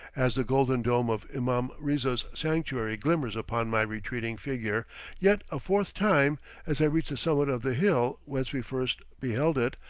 as the golden dome of imam riza's sanctuary glimmers upon my retreating figure yet a fourth time as i reach the summit of the hill whence we first beheld it,